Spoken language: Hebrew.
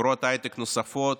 חברות הייטק נוספות,